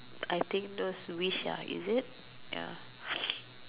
I think those wish ya